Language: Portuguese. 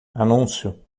anúncio